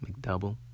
McDouble